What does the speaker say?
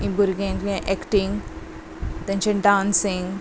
भुरगे एक्टींग तेंचे डांसींग